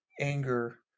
anger